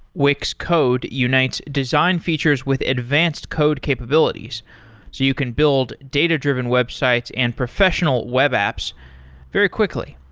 wix code unites design features with advanced code capabilities, so you can build data driven websites and professional web apps very quickly.